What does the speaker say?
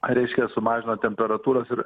reiškia sumažino temperatūras ir